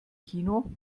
kino